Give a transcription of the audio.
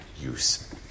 use